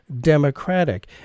democratic